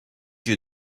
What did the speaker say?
you